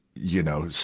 you know,